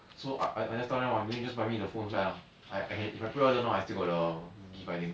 so I I I just tell them ah then they just buy me the phone flat ah I I can if I pre-order now I still got the gift I think